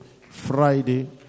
Friday